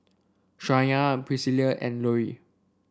Shayna Priscilla and Louie